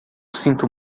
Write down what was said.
sinto